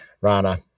Rana